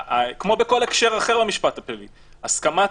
כמו בכל הקשר אחר במשפט הפלילי הסכמת